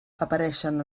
apareixen